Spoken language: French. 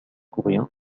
coréen